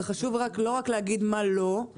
אותנו לא מעניין הלקוחות הגדולים שאולי עברו.